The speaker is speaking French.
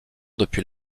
depuis